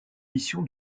mission